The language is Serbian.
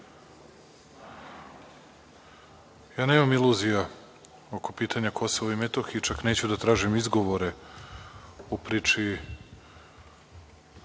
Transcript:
Ja nemam iluzija oko pitanja Kosova i Metohije, čak neću da tražim izgovore u priči